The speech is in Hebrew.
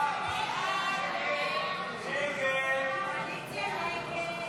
הסתייגות 4 לא נתקבלה.